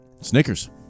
Snickers